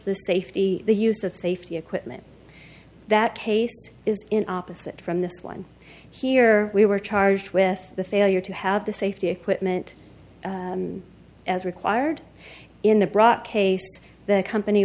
the safety the use of safety equipment that case is in opposite from this one here we were charged with the failure to have the safety equipment as required in the broad case the company